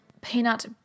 peanut